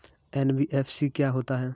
NBFC क्या होता है?